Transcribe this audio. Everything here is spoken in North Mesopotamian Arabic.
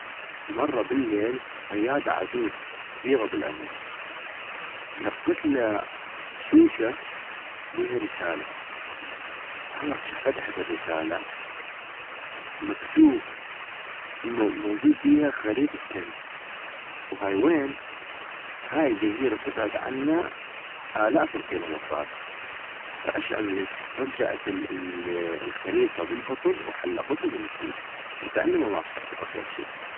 مرة بالليل صيادة عجوز كبيغة بالعمل لقتلا شوشة بيها رسالة ، والله اغشع فتحت الرسالة مكتوب- موجود بيها خريطة كنز، وهاي وين ،هاي بجزيرة تبعد عنا آلاف الكيلومترات فاش عملت رجعت الخريطة بالبطل وحلقتو من جديد وكأنما ما عشغ- غشعت شي